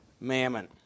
mammon